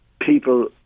people